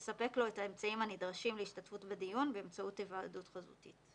יספק לו את האמצעים הנדרשים להשתתפות בדיון באמצעות היוועדות חזותית.